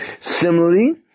Similarly